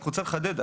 אני רוצה לחדד,